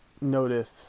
notice